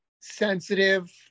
sensitive